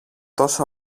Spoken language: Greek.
τόσο